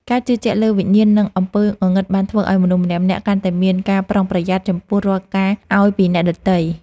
ការជឿជាក់លើវិញ្ញាណនិងអំពើងងឹតបានធ្វើឱ្យមនុស្សម្នាក់ៗកាន់តែមានការប្រុងប្រយ័ត្នចំពោះរាល់ការអោយពីអ្នកដទៃ។